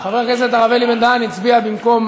חבר הכנסת הרב אלי בן-דהן הצביע במקום